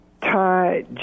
tie